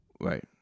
Right